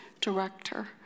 director